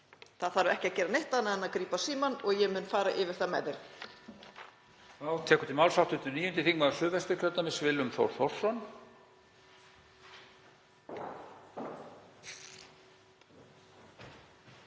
Það þarf ekki að gera neitt annað en að grípa símann og ég mun fara yfir það með þeim.